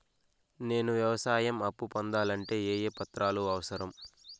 నేను వ్యవసాయం అప్పు పొందాలంటే ఏ ఏ పత్రాలు అవసరం?